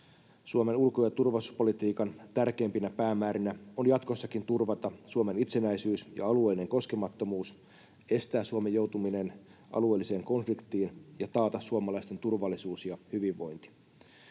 Suomen ulko- ja turvallisuuspolitiikan tärkeimpinä päämäärinä on jatkossakin turvata Suomen itsenäisyys ja alueellinen koskemattomuus, estää Suomen joutuminen alueelliseen konfliktiin ja taata suomalaisten turvallisuus ja hyvinvointi.